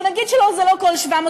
זה היה חלק מתוך, הגיעו שוב ושוב עוד